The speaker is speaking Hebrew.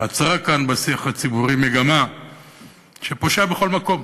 עצרה כאן בשיח הציבורי מגמה שפושה בכל מקום,